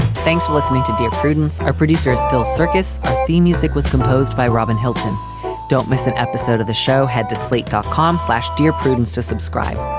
thanks for listening to dear prudence. our producer spells circus theme music was composed by robin hilton don't miss an episode of the show. head to slate dot com slash dear prudence to subscribe.